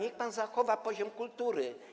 Niech pan zachowa poziom kultury.